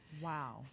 wow